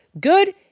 good